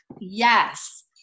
Yes